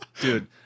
dude